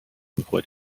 میخوری